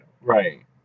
Right